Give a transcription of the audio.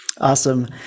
Awesome